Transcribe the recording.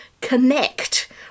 connect